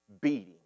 beating